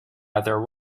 other